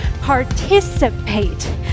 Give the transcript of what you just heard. participate